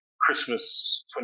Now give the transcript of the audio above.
Christmas